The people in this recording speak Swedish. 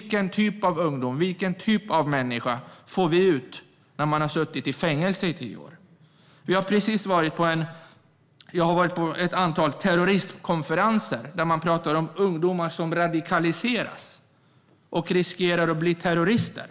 Vilken typ av människa får vi ut efter tio år i fängelse? Jag har varit på ett antal terrorismkonferenser där det har talats om ungdomar som radikaliseras och riskerar att bli terrorister.